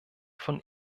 von